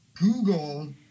Google